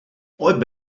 bet